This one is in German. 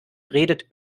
redet